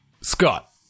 Scott